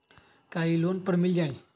का इ लोन पर मिल जाइ?